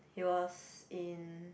he was in